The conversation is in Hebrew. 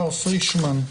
מר פרישמן.